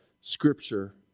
Scripture